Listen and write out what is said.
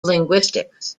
linguistics